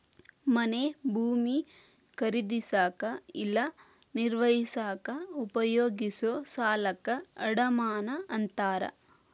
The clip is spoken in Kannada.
ಮನೆ ಭೂಮಿ ಖರೇದಿಸಕ ಇಲ್ಲಾ ನಿರ್ವಹಿಸಕ ಉಪಯೋಗಿಸೊ ಸಾಲಕ್ಕ ಅಡಮಾನ ಅಂತಾರ